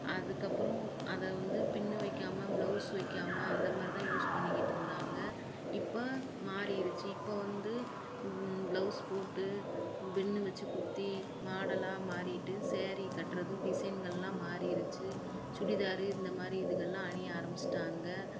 அதுக்கப்புறம் அதை வந்து பின்னு வைக்காம பிளவுஸ் வைக்காம அந்த மாதிரி தான் யூஸ் பண்ணிக்கிட்டு இருந்தாங்கள் இப்போ மாறிடுச்சு இப்போ வந்து பிளவுஸ் போட்டு பின்னு வச்சு குத்தி மாடலாக மாறிட்டு ஸேரி கட்டுறது டிசைன்கள்லாம் மாறிடுச்சு சுடிதாரு இந்த மாதிரி இதுக்கெல்லாம் அணிய ஆரம்பிச்சிட்டாங்கள்